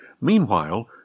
Meanwhile